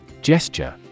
Gesture